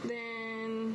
then